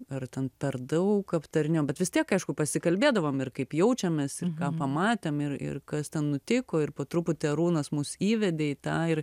ar ten per daug aptarinėjom bet vis tiek aišku pasikalbėdavom ir kaip jaučiamės ir ką pamatėm ir ir kas ten nutiko ir po truputį arūnas mus įvedė į tą ir